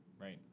right